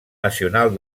nacional